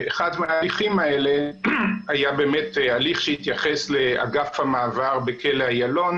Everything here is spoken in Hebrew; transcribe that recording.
אחד מההליכים האלה היה באמת הליך שהתייחס לאגף המעבר בכלא איילון